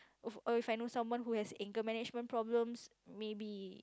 if if I know someone who has anger management problems maybe